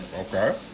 Okay